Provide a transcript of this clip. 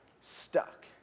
stuck